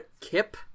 kip